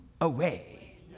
away